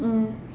mm